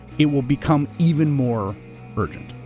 it will become even more urgent.